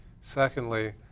Secondly